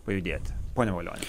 pajudėt pone valioni